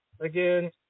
again